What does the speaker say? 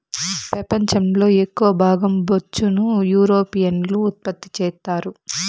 పెపంచం లో ఎక్కవ భాగం బొచ్చును యూరోపియన్లు ఉత్పత్తి చెత్తారు